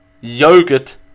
yogurt